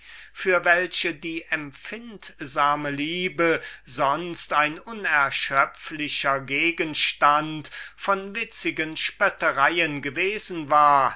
für welche die liebe der empfindung sonst ein unerschöpflicher gegenstand von witzigen spöttereien gewesen war